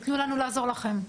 אז תתנו לנו לעזור לכם.